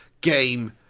game